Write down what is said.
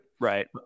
Right